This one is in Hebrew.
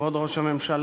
כבוד ראש הממשלה,